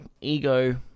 ego